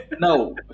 No